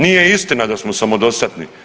Nije istina da smo samodostatni.